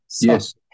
Yes